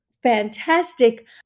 fantastic